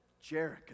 jericho